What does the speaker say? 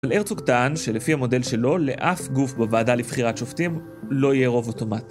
אבל הרצוג טען שלפי המודל שלו לאף גוף בוועדה לבחירת שופטים לא יהיה רוב אוטומטי